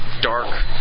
dark